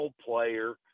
player